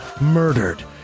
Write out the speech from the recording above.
murdered